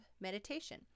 meditation